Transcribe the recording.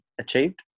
achieved